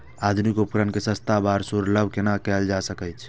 आधुनिक उपकण के सस्ता आर सर्वसुलभ केना कैयल जाए सकेछ?